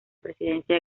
presidencia